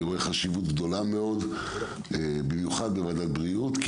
אני רואה חשיבות רבה מאוד במיוחד בוועדת בריאות.